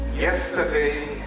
yesterday